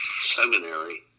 seminary